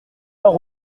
heure